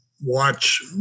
watch